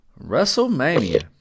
WrestleMania